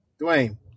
Dwayne